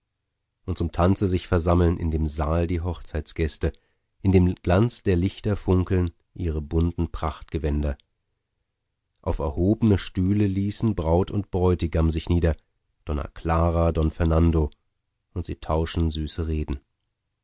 und zum tanze sich versammeln in dem saal die hochzeitsgäste in dem glanz der lichter funkeln ihre bunten prachtgewänder auf erhobne stühle ließen braut und bräutigam sich nieder donna clara don fernando und sie tauschen süße reden